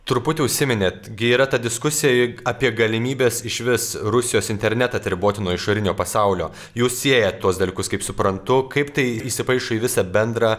truputį užsiminėt gi yra ta diskusija juk apie galimybes išvis rusijos internetą atriboti nuo išorinio pasaulio jūs siejat tuos dalykus kaip suprantu kaip tai įsipaišo į visą bendrą